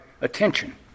attention